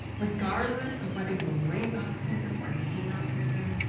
regardless of whether you embrace autism or hate autism,